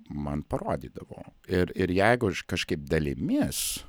man parodydavo ir ir jeigu aš kažkaip dalimis